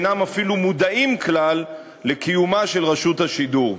אינם מודעים כלל לקיומה של רשות השידור.